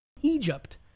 Egypt